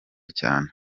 cyane